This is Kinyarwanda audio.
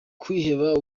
kwiheba